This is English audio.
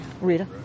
Rita